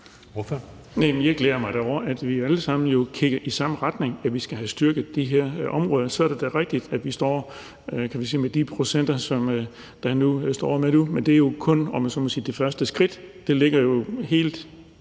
Jeg glæder mig da over, at vi jo alle sammen kigger i samme retning, nemlig i forhold til at vi skal have styrket de her områder. Så er det da rigtigt, at vi står med de procenter, som vi står med nu. Men det er jo kun, om jeg så må sige, det første skridt. Det ligger jo helt